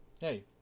hey